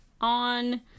on